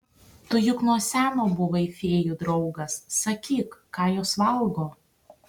tu juk nuo seno buvai fėjų draugas sakyk ką jos valgo